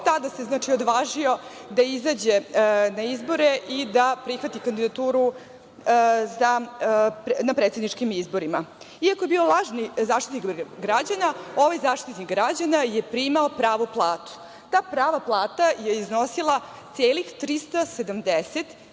tada se odvažio da izađe na izbore i da prihvati kandidaturu na predsedničkim izborima. Iako je bio lažni Zaštitnik građana, ovaj Zaštitnik građana je primao pravu platu. Ta prava plata je iznosila celih 370 hiljada